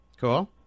Cool